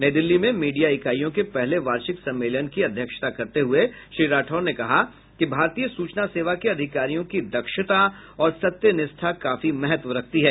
नई दिल्ली में मीडिया इकाइयों के पहले वार्षिक सम्मेलन की अध्यक्षता करते हुए श्री राठौर ने कहा कि भारतीय सूचना सेवा के अधिकारियों की दक्षता और सत्यनिष्ठा काफी महत्व रखती हैं